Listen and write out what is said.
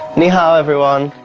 ni hao, everyone.